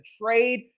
trade